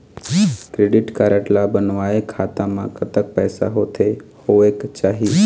Credit card ला बनवाए खाता मा कतक पैसा होथे होएक चाही?